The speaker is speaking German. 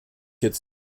jetzt